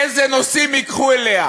איזה נושאים ייקחו אליה?